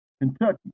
Kentucky